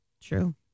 true